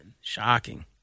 Shocking